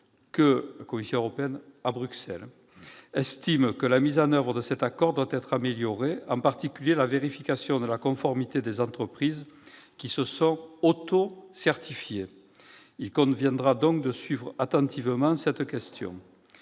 la Commission européenne estime que la mise en oeuvre de cet accord doit être améliorée, en particulier la vérification de la conformité des entreprises qui se sont autocertifiées. Il conviendra donc de suivre attentivement cette question.